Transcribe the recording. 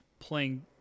playing